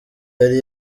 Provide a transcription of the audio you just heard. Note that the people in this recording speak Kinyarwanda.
yari